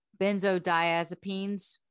Benzodiazepines